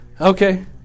okay